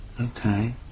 Okay